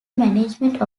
management